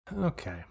okay